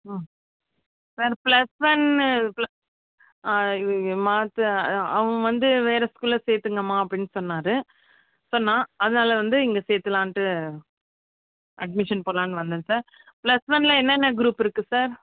ஆ sir plus ஒன்னு ப்ள மாத்த அவன் வந்து வேறு ஸ்கூலில் சேத்துடங்கம்மா அப்படின்னு சொன்னாரு சொன்னான் அதனால வந்து இங்கே சேத்துடலான்ட்டு அட்மிஷன் போடலான்னு வந்தங்க சார் ப்ளஸ் ஒன்றில் என்னென்ன க்ரூப் இருக்குது சார்